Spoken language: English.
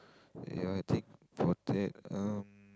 ya I think for that um